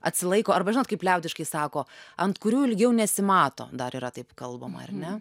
atsilaiko arba žinot kaip liaudiškai sako ant kurių ilgiau nesimato dar yra taip kalbama ar ne